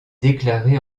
déclarée